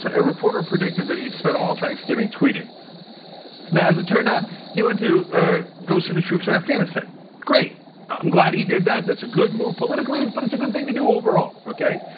a reporter predicted that he'd spent all thanksgiving tweeting now as it turned out, he went to go see the troops and afghanistan great i'm glad he did that that's a good move politically it's but it's a good thing to do overall okay,